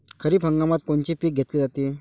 खरिप हंगामात कोनचे पिकं घेतले जाते?